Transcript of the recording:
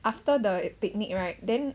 after the picnic right then